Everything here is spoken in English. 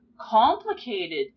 complicated